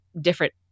different